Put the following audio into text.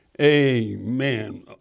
Amen